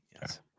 Yes